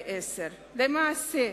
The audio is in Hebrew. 2010. למעשה,